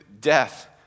death